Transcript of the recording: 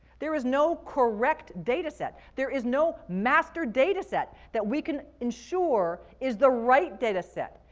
there is no correct data set. there is no master data set that we can ensure is the right data set,